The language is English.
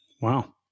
Wow